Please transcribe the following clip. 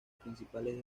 principales